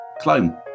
clone